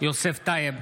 יוסף טייב,